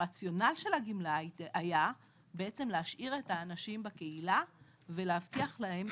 הרציונל של הגמלה היה להשאיר את האנשים בקהילה ולהבטיח להם,